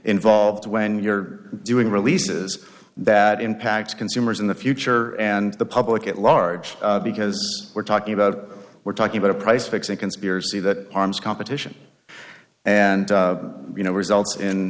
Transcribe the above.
involved when you're doing releases that impacts consumers in the future and the public at large because we're talking about we're talking about a price fixing conspiracy that arms competition and you know results in